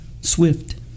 Swift